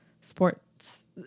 sports